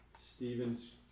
Stephen's